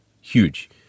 Huge